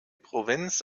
provinz